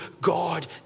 God